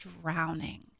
drowning